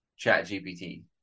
ChatGPT